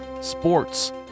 sports